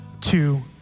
two